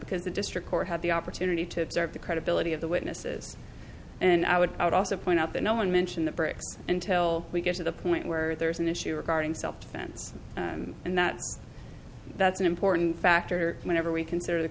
because the district court had the opportunity to observe the credibility of the witnesses and i would also point out that no one mentioned the bricks until we get to the point where there is an issue regarding self defense and that that's an important factor whenever we consider the